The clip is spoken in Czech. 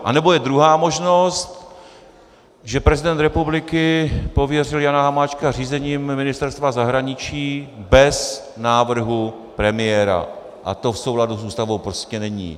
Anebo je druhá možnost, že prezident republiky pověřil Jana Hamáčka řízením Ministerstva zahraničí bez návrhu premiéra, a to v souladu s Ústavou prostě není.